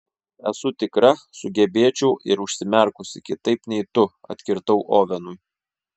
esu tikra sugebėčiau ir užsimerkusi kitaip nei tu atkirtau ovenui